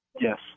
Yes